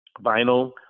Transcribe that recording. vinyl